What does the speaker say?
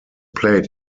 played